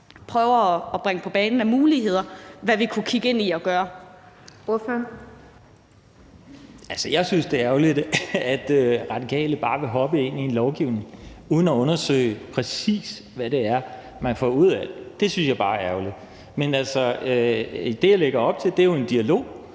formand (Birgitte Vind): Ordføreren. Kl. 13:10 Kim Valentin (V): Altså, jeg synes, det er ærgerligt, at Radikale bare vil hoppe ud i en lovgivning uden at undersøge, præcis hvad det er, man får ud af det. Det synes jeg bare er ærgerligt. Men det, jeg lægger op til, er jo en dialog,